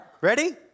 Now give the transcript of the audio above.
Ready